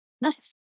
nice